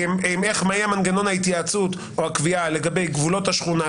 מה יהיה מנגנון ההתייעצות או הקביעה לגבי גבולות השכונה,